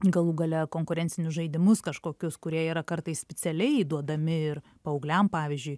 galų gale konkurencinius žaidimus kažkokius kurie yra kartais specialiai duodami ir paaugliam pavyzdžiui